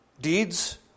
deeds